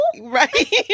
Right